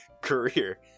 career